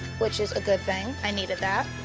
which is a good thing, i needed that.